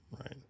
right